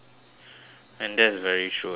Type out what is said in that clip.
and that's very true as well